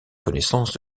connaissance